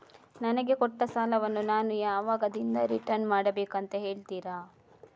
ನನಗೆ ಕೊಟ್ಟ ಸಾಲವನ್ನು ನಾನು ಯಾವಾಗದಿಂದ ರಿಟರ್ನ್ ಮಾಡಬೇಕು ಅಂತ ಹೇಳ್ತೀರಾ?